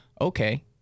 okay